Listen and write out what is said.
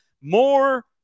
More